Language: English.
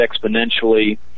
exponentially